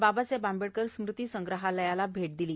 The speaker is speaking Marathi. बाबासाहेब आंबेडकर स्मृति संग्राहालयाला भेट दिली